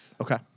Okay